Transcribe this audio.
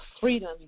freedom